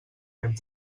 ben